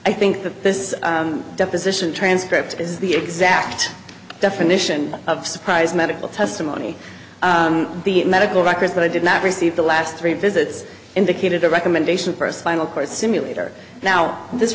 i think that this deposition transcript is the exact definition of surprise medical testimony the medical records that i did not receive the last three visits indicated a recommendation for a spinal cord stimulator now this